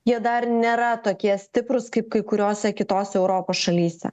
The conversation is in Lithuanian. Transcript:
jie dar nėra tokie stiprūs kaip kai kuriose kitose europos šalyse